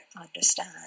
understand